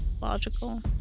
logical